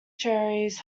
cherries